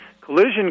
Collision